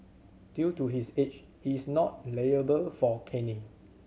due to his age he is not liable for caning